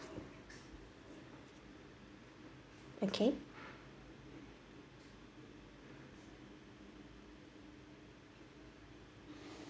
okay